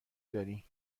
داری